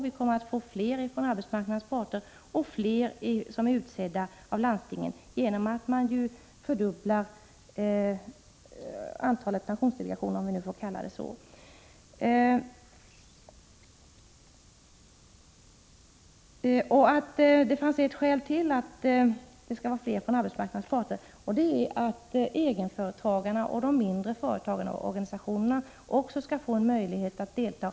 Vi får fler representanter från arbetsmarknadens parter och fler personer som utses av landstingen genom att man fördubblar antalet pensionsdelegationer. Det finns ytterligare ett skäl till att det skall vara fler representanter från arbetsmarknadens parter, nämligen att egenföretagarna och de mindre företagarorganisationerna också skall få möjlighet att delta.